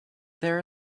there